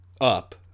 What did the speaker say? up